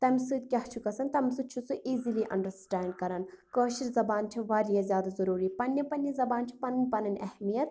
تَمہِ سۭتۍ کیٛاہ چھُ گَژھان تَمہِ سۭتۍ چھُ سُہ ایٖزیلی انٛڈرسٹینٛڈ کران کٲشر زبان چھِ واریاہ زیادٕ ضروٗری پَننہِ پَننہِ زبانہِ چھِ پَنٕنۍ پَنٕنۍ اہمیت